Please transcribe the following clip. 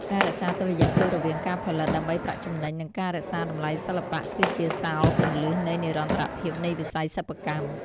ការរក្សាតុល្យភាពរវាងការផលិតដើម្បីប្រាក់ចំណេញ និងការរក្សាតម្លៃសិល្បៈ គឺជាសោរគន្លឹះនៃនិរន្តរភាពនៃវិស័យសិប្បកម្ម។